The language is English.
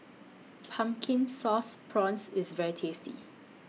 Pumpkin Sauce Prawns IS very tasty